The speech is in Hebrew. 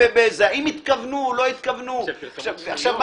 האם התכוונו, לא התכוונו עכשיו,